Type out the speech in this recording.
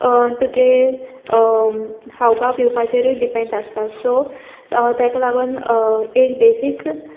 तुगे खावपा पिवपाचेरूय डिपेंड आसता सो ताका लागोन एक बेसीक